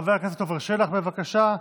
חבר הכנסת עפר שלח, בבקשה.